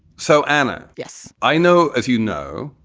so, anna yes, i know. as you know,